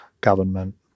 government